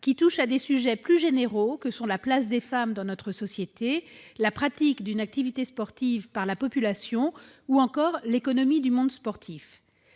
qui touche à des sujets plus généraux tels que la place des femmes dans notre société, la pratique d'une activité sportive par la population, ou encore l'économie du monde sportif.